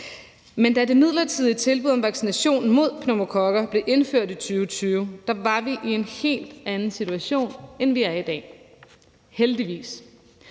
Men da det midlertidige tilbud om vaccination mod pneumokokker blev indført i 2020, var vi i en helt anden situation, end vi er i dag – heldigvis.